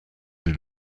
des